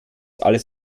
alles